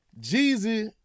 Jeezy